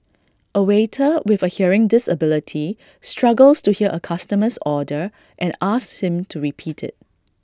A waiter with A hearing disability struggles to hear A customer's order and asks him to repeat IT